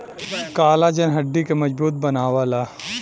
collagen हड्डी के मजबूत बनावला